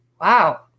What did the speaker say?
wow